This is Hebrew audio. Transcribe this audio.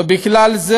ובכלל זה